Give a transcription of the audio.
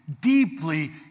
deeply